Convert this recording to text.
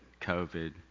COVID